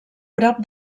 prop